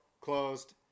closed